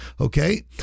Okay